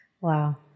Wow